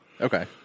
Okay